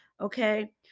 Okay